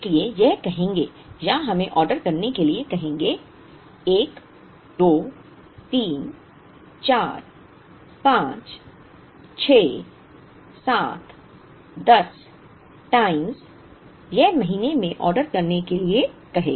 इसलिए यह कहेंगे या हमें ऑर्डर करने के लिए कहेंगे 1 2 3 4 5 6 7 10 टाइम्स यह 12 महीनों में ऑर्डर करने के लिए कहेगा